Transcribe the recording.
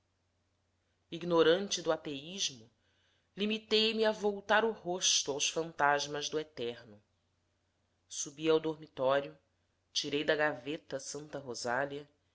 ignorante do ateísmo limitei-me a voltar o rosto aos fantasmas do eterno subi ao dormitório tirei da gaveta santa rosália